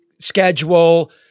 schedule